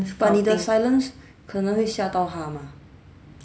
but 你的 silence 可能会吓到他吗